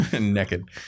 naked